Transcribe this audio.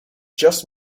just